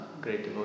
great